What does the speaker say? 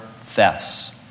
thefts